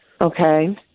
Okay